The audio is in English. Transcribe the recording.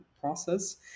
process